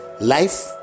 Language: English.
Life